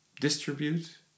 distribute